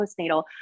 postnatal